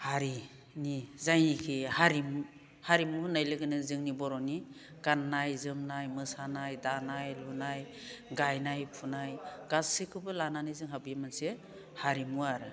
हारिनि जायनोखि हारिमु हारिमु होननाय लोगोनो जोंनि बर'नि गाननाय जोमनाय मोसानाय दानाय लुनाय गायनाय फुनाय गासैखौबो लानानै जोंहा बे मोनसे हारिमु आरो